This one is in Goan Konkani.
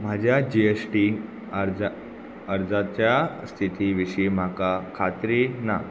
म्हाज्या जी एस टी अर्जा अर्जाच्या स्थिती विशीं म्हाका खात्री ना